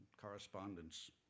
correspondence